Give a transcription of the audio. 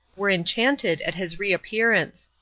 were enchanted at his reappearance.